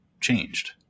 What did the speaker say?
changed